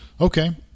Okay